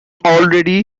already